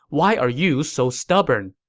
why are you so stubborn?